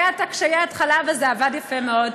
היו קשיי התחלה, אבל זה עבד יפה מאוד.